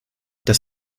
das